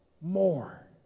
more